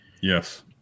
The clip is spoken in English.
Yes